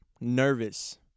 nervous